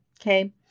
Okay